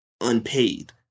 unpaid